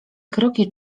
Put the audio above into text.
kroki